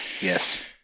Yes